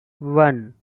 one